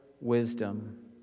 wisdom